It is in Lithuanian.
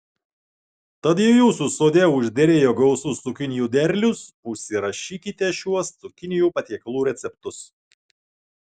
tad jei jūsų sode užderėjo gausus cukinijų derlius užsirašykite šiuos cukinijų patiekalų receptus